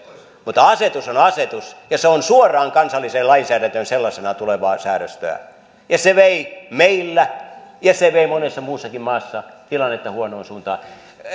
mutta asetus on asetus ja se on suoraan kansalliseen lainsäädäntöön sellaisenaan tulevaa säädöstöä ja se vei meillä ja se vei monessa muussakin maassa tilannetta huonoon suuntaan